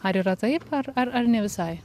ar yra taip ar ar ar ne visai